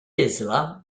islam